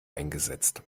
eingesetzt